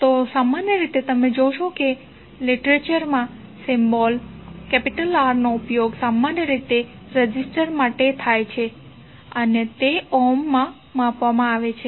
તો સામાન્ય રીતે તમે જોશો કે લિટરેચર માં સિમ્બોલ R નો ઉપયોગ સામાન્ય રીતે રેઝિસ્ટર માટે થાય છે અને તે ઓહ્મ માં માપવામાં આવે છે